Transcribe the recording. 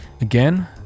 Again